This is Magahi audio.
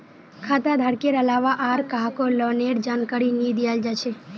खाता धारकेर अलावा आर काहको लोनेर जानकारी नी दियाल जा छे